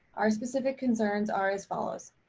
our specific concerns are as follows.